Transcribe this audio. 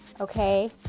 okay